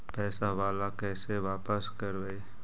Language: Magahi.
पैसा बाला कैसे बापस करबय?